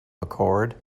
mccord